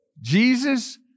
Jesus